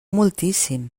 moltíssim